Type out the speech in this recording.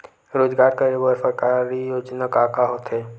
रोजगार करे बर सरकारी योजना का का होथे?